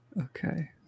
Okay